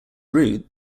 route